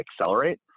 accelerate